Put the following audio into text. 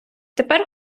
тепер